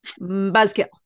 Buzzkill